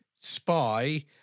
spy